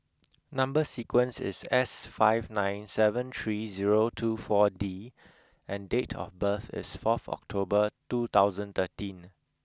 number sequence is S five nine seven three zero two four D and date of birth is fourth October two thousand and thirteen